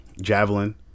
javelin